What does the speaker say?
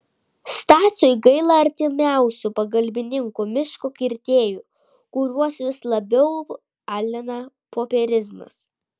stasiui gaila artimiausių pagalbininkų miško kirtėjų kuriuos vis labiau alina popierizmas